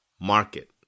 market